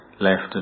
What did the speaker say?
left